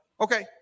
Okay